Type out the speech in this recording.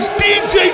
dj